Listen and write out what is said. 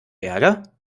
ärger